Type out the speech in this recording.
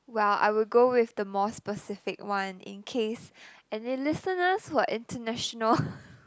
well I would go with the more specific one in case any listeners who are international